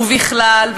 ובכלל.